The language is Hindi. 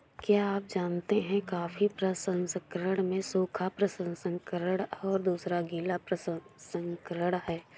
क्या आप जानते है कॉफ़ी प्रसंस्करण में सूखा प्रसंस्करण और दूसरा गीला प्रसंस्करण है?